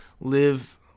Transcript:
live